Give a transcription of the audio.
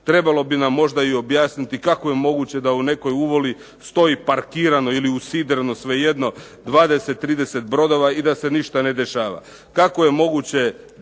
trebalo bi nam možda i objasniti kako je moguće da u nekoj uvali stoji parkirano ili usidreno, svejedno, 20, 30 brodova i da se ništa ne dešava.